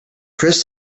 chris